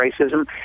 Racism